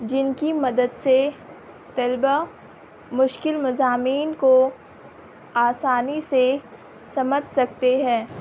جن کی مدد سے طلبہ مشکل مضامین کو آسانی سے سمجھ سکتے ہیں